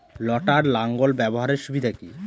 লটার লাঙ্গল ব্যবহারের সুবিধা কি?